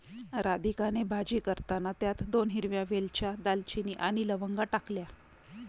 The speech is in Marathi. राधिकाने भाजी करताना त्यात दोन हिरव्या वेलच्या, दालचिनी आणि लवंगा टाकल्या